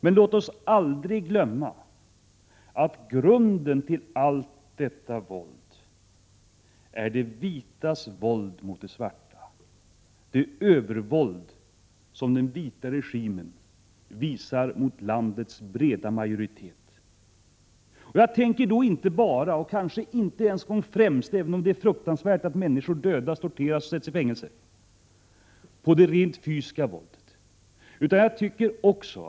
Men låt oss aldrig glömma att grunden till allt detta våld är de vitas våld mot de svarta, det övervåld som den vita regimen visar mot landets breda majoritet. Jag tänker då inte bara och kanske inte ens främst på det rent fysiska våldet, även om det är fruktansvärt att människor sätts i fängelse, dödas och torteras.